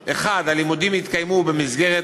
1. הלימודים יתקיימו במסגרת